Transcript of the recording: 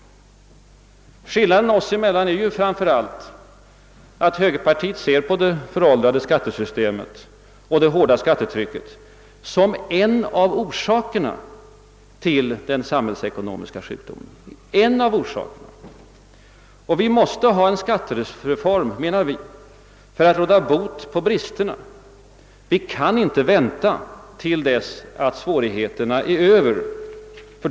Skillnaden oss emellan är framför allt att högerpartiet ser det föråldrade skattesystemet och det hårda skattetrycket som en av orsakerna till den samhällsekonomiska sjukdomen. Vi måste ha en skattereform, me nar vi, för att råda bot på bristerna. Vi kan inte vänta till dess att svårigheterna är över.